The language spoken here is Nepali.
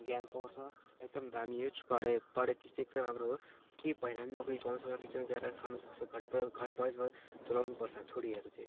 ज्ञान पाउँछ एकदम दामी हो पढाइ पढाइ चिज चाहिँ एकदम राम्रो हो केही पाएन भने नि नोकरी पाउँछ ट्युसन गरेर नि खानु सक्छ चलाउनुपर्छ छोरीहरू चाहिँ